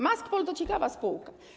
Maskpol to ciekawa spółka.